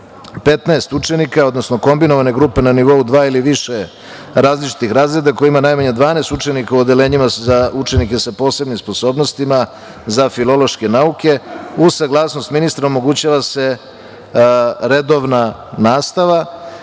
15 učenika, odnosno kombinovane grupe na nivou dva ili više različitih razreda koja ima najmanje 12 učenika u odeljenjima za učenike sa posebnim sposobnostima za filološke nauke uz saglasnost ministra, omogućava se redovna nastava.